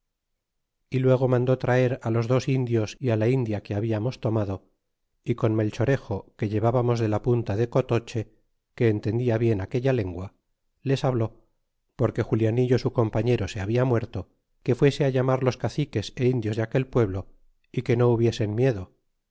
y luego mandó trer los dos indios y la india que hablamos tomado y con melchorejo que llevábamos de la punta de cotoehe que entendia bien aquella lengua les habló porque julianillo su compañero se habla muerto que fuese llamar los caciques ó indios de aquel pueblo y que no hubiesen miedo